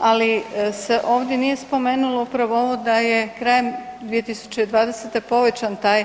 Ali se ovdje nije spomenulo upravo ovo da je krajem 2020. povećan taj